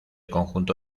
conjunto